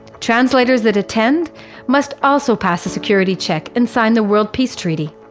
translators that attend must also pass a security check and sign the world peace treaty.